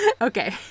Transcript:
okay